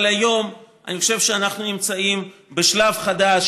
אבל אני חושב שהיום אנחנו נמצאים בשלב חדש